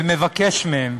ומבקש מהם: